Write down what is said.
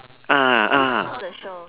ah ah